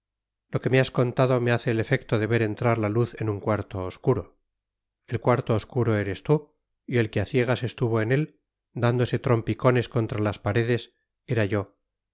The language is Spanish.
lo que me has contado me hace el efecto de ver entrar la luz en un cuarto obscuro el cuarto obscuro eres tú y el que a ciegas estuvo en él dándose trompicones contra las paredes era yo